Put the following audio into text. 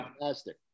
fantastic